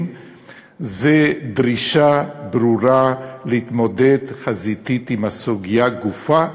זה דרישה ברורה להתמודד חזיתית עם הסוגיה גופא,